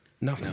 No